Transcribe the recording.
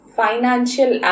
financial